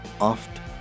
oft